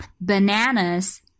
bananas